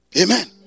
Amen